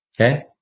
Okay